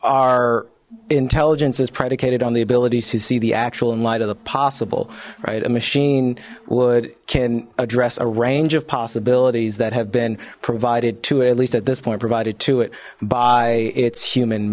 our intelligence is predicated on the abilities to see the actual and light of the possible right a machine would can address a range of possibilities that have been provided to it at least at this point provided to it by its human